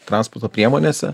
transporto priemonėse